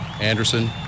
Anderson